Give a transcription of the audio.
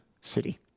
city